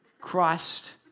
Christ